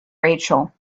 rachel